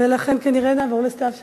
ולכן כנראה נעבור לסתיו שפיר,